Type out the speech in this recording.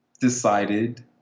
decided